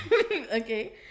okay